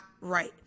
right